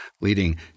leading